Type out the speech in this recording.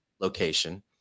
location